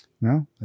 No